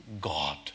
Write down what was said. God